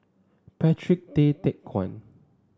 Patrick Tay Teck Guan